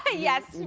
ah yes,